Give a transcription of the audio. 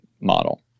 model